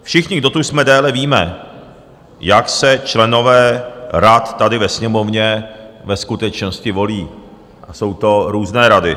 Všichni, kdo tu jsme déle, víme, jak se členové rad tady ve Sněmovně ve skutečnosti volí, a jsou to různé rady.